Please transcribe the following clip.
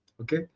okay